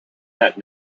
that